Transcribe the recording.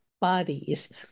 bodies